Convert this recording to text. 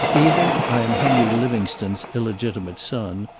either i am henry livingstone's illegitimate son,